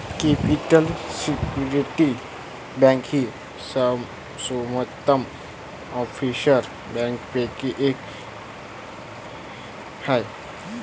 capital Security Bank ही सर्वोत्तम offshore बँकांपैकी एक आहे